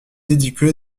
éduqué